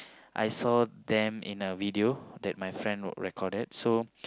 I saw them in a video that my friend recorded so